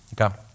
okay